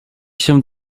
się